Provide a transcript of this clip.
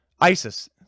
isis